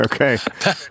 Okay